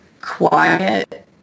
quiet